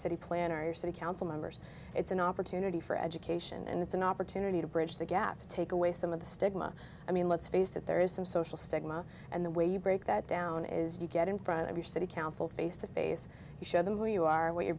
city planner or city council members it's an opportunity for education and it's an opportunity to bridge the gap and take away some of the stigma i mean let's face it there is some social stigma and the way you break that down is to get in front of your city council face to face show them where you are what your